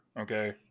okay